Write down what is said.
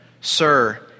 Sir